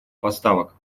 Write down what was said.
поставок